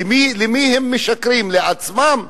למי הם משקרים, לעצמם?